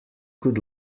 could